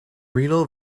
renal